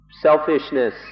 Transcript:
selfishness